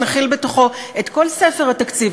שמכיל בתוכו את כל ספר התקציב.